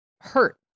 hurt